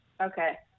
Okay